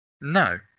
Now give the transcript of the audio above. No